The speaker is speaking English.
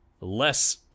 less